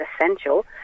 essential